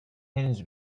henüz